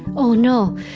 oh no,